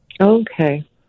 Okay